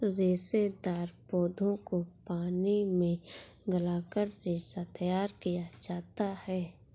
रेशेदार पौधों को पानी में गलाकर रेशा तैयार किया जाता है